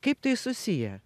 kaip tai susiję